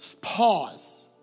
Pause